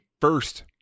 first